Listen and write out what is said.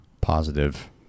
positive